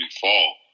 fall